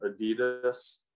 Adidas